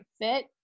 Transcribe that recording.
fit